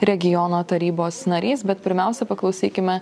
regiono tarybos narys bet pirmiausia paklausykime